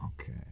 Okay